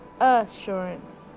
Assurance